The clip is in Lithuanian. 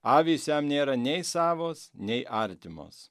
avys jam nėra nei savos nei artimos